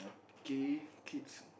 K kids